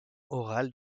orales